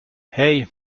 hei